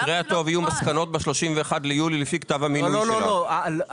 במקרה הטוב יהיו מסקנות ב-31 ביולי לפי כתב המינוי של הוועדה.